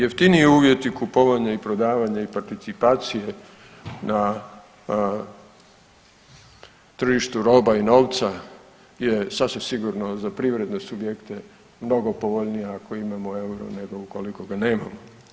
Jeftiniji uvjeti kupovanja i prodavanja i participacije na tržištu roba i novca je sasvim sigurno za privredne subjekte mnogo povoljnija ako imamo euro nego ukoliko ga nemamo.